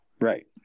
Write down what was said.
Right